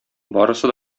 барысы